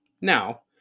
Now